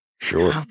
sure